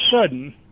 sudden